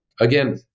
again